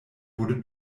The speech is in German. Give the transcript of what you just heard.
wurde